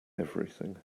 everything